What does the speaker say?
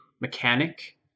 mechanic